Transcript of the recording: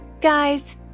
Guys